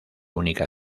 única